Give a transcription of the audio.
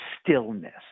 stillness